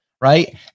right